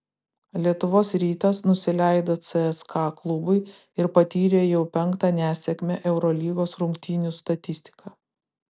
lietuvos rytas nusileido cska klubui ir patyrė jau penktą nesėkmę eurolygoje rungtynių statistika